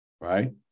right